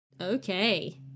Okay